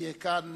תהיה כאן,